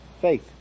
faith